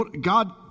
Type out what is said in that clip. God